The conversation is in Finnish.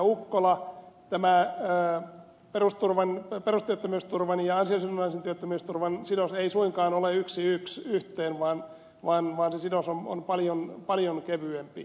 ukkola tämä perustyöttömyysturvan ja ansiosidonnaisen työttömyysturvan sidos ei suinkaan ole yksi yhteen vaan se sidos on paljon kevyempi